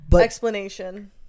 explanation